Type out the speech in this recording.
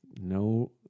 No